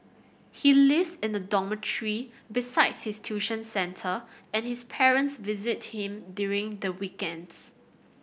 he lives in a dormitory besides his tuition centre and his parents visit him during the weekends